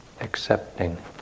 accepting